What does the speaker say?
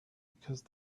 because